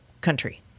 country